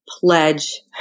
pledge